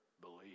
believe